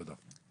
תודה.